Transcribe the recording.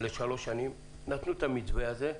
לשלוש שנים, ונתנו את המתווה הזה.